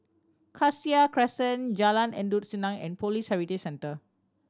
Cassia Crescent Jalan Endut Senin and Police Heritage Centre